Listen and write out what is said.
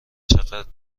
چقدر